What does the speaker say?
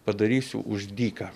padarysiu už dyką